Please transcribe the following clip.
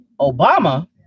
Obama